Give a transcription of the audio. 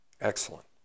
Excellent